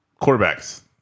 Quarterbacks